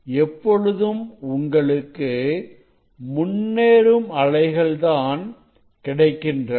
எப்பொழுதும் உங்களுக்கு முன்னேறும் அலைகள் தான் கிடைக்கின்றன